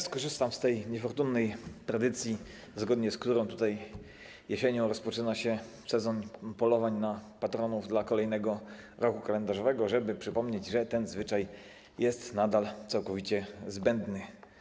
Skorzystam z tej niefortunnej tradycji, zgodnie z którą jesienią rozpoczyna się sezon polowań na patronów kolejnego roku kalendarzowego, żeby przypomnieć, że ten zwyczaj jest nadal całkowicie zbędny.